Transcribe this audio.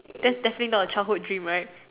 that's definitely not a childhood dream right